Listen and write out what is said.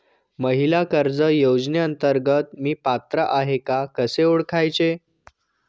महिला कर्ज योजनेअंतर्गत मी पात्र आहे का कसे ओळखायचे?